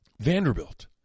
Vanderbilt